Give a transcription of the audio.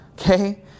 Okay